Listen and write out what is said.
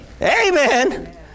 Amen